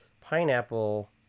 pineapple